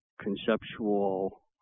conceptual